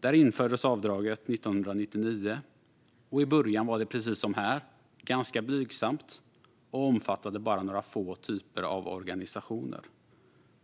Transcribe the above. Där infördes avdraget 1999. I början var det precis som här ganska blygsamt och omfattade bara några få typer av organisationer.